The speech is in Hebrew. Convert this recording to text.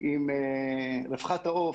עם רווחת העוף